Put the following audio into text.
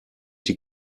die